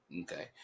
Okay